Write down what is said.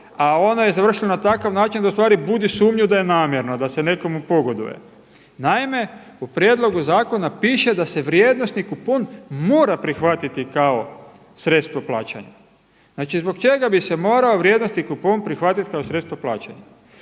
a onda je završila na takav način da ustvari budi sumnju da je namjerno da se nekomu pogoduje. Naime, u prijedlogu zakona piše da se vrijednosni kupon mora prihvatiti kao sredstvo plaćanja. Znači zbog čega bi se mora vrijednosni kupon prihvatiti kao sredstvo plaćanja?